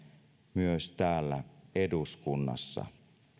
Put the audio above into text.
myös täällä eduskunnassa